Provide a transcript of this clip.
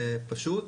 פשוט.